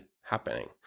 happening